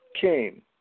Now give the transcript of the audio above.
came